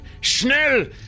Schnell